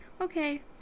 okay